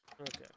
Okay